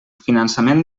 finançament